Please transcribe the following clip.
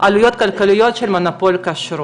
עלויות כלכליות של מונופול הכשרות.